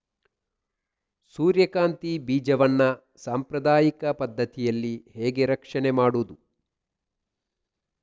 ಸೂರ್ಯಕಾಂತಿ ಬೀಜವನ್ನ ಸಾಂಪ್ರದಾಯಿಕ ಪದ್ಧತಿಯಲ್ಲಿ ಹೇಗೆ ರಕ್ಷಣೆ ಮಾಡುವುದು